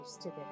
today